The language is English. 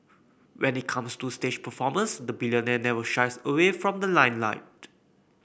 when it comes to stage performances the billionaire never shies away from the limelight